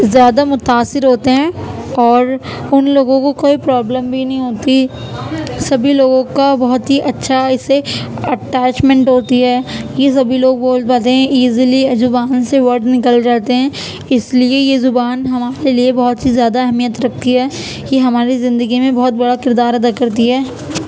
زیادہ متاثر ہوتے ہیں اور ان لوگوں کو کوئی پرابلم بھی نہیں ہوتی سبھی لوگوں کا بہت ہی اچھا اس سے اٹیچمنٹ ہوتی ہے یہ سبھی لوگ بول پاتے ہیں ایزیلی زبان سے ورڈ نکل جاتے ہیں اس لیے یہ زبان ہمارے لیے بہت ہی زیادہ اہمیت رکھتی ہے کہ ہماری زندگی میں بہت بڑا کردار ادا کرتی ہے